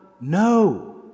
no